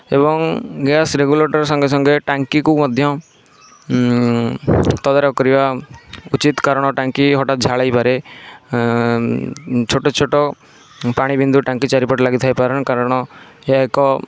ଏବଂ gas regulator ସଙ୍ଗେସଙ୍ଗେ ଟାଙ୍କିକୁ ମଧ୍ୟ ତଦାରଖ କରିବା ଉଚିତ କାରଣ ଟାଙ୍କି ହଠାତ ଝାଳେଇପାରେ ଛୋଟଛୋଟ ପାଣିବିନ୍ଦୁ ଟାଙ୍କି ଚାରିପଟେ ଲାଗିଥାଇପାରେ କାରଣ ଏହା ଏକ